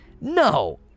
No